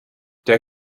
der